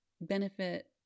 benefit